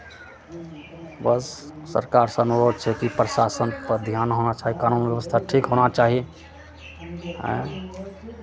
बस सरकारसँ अनुरोध छै कि प्रशासनके ध्यान कानून व्यवस्था ठीक होना चाही आँय